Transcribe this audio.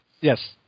Yes